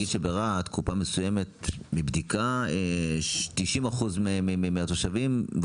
אני מבין מבדיקה ש-90% מהתושבים ברהט